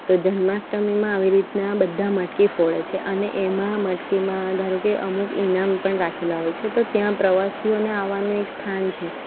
તો જન્માષ્ટમીમાં આવી રીતના બધા મટકી ફોડે છે અને એમાં મટકીમાં ધારોકે અમુક ઈનામ પણ રાખેલા હોય છે તો ત્યાં પ્રવાસીઓને આવવાનું એક સ્થાન છે